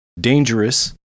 dangerous